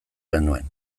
genuen